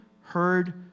heard